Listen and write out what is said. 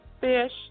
fish